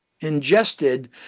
ingested